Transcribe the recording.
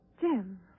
Jim